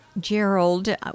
Gerald